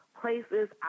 places